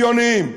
תהיו הגיוניים,